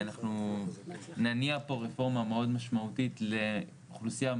תיכף נשמע את האוצר.